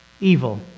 Evil